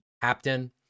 captain